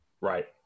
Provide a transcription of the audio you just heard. Right